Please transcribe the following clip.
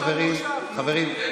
חברים,